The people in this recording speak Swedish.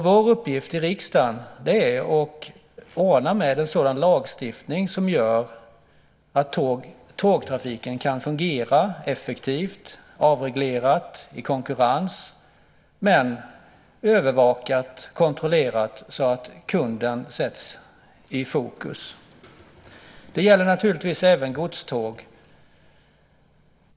Vår uppgift i riksdagen är att ordna med en sådan lagstiftning som gör att tågtrafiken kan fungera effektivt, avreglerat, i konkurrens, men övervakat, kontrollerat, så att kunden sätts i fokus. Detta gäller naturligtvis även godståg.